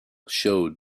showed